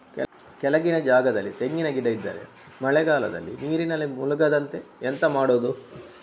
ಕೆಳಗಿನ ಜಾಗದಲ್ಲಿ ತೆಂಗಿನ ಗಿಡ ಇದ್ದರೆ ಮಳೆಗಾಲದಲ್ಲಿ ನೀರಿನಲ್ಲಿ ಮುಳುಗದಂತೆ ಎಂತ ಮಾಡೋದು?